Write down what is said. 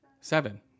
seven